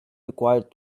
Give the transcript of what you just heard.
required